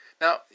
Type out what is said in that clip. Now